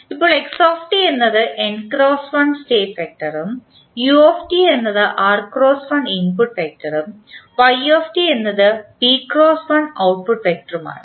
ഇപ്പോൾ x എന്നത് n × 1 state വെക്റ്ററും u എന്നത് r × 1 ഇൻപുട്ട് വെക്ടറും y എന്നത് p × 1 ഔട്ട്പുട്ട് വെക്ടറുമാണ്